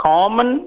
Common